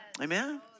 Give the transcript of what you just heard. Amen